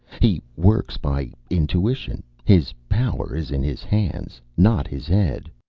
he works by intuition his power is in his hands, not his head.